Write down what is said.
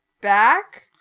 back